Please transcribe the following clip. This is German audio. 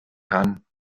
kann